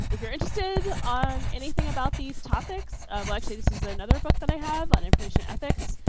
and if you are interested on anything about these topics well, actually, this is another book that i have on information ethics.